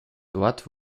dort